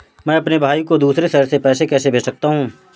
मैं अपने भाई को दूसरे शहर से पैसे कैसे भेज सकता हूँ?